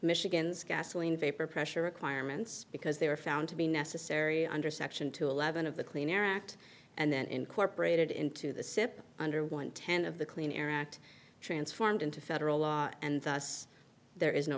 michigan's gasoline vapor pressure requirements because they were found to be necessary under section two eleven of the clean air act and then incorporated into the sip under one tent of the clean air act transformed into federal law and thus there is no